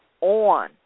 on